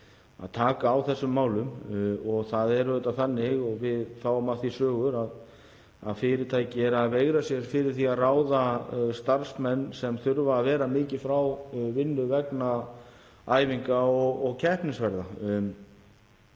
að taka á þessum málum. Það er auðvitað þannig og við fáum af því sögur að fyrirtæki veigra sér við því að ráða starfsmenn sem þurfa að vera mikið frá vinnu vegna æfinga og keppnisferða.